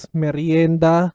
merienda